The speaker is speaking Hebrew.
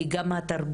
היא גם התרבות,